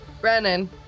Brennan